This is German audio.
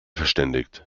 verständigt